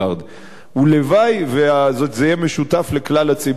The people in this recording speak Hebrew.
הלוואי שזה יהיה משותף לכלל הציבור בישראל.